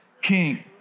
king